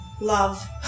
love